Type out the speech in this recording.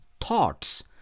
thoughts